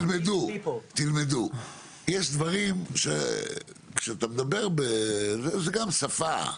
תלמדו, יש דברים שכשאתה מדבר, זה גם שפה,